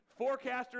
Forecasters